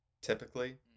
typically